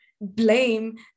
blame